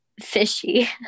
fishy